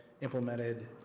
implemented